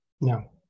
No